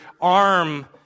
arm